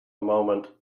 moment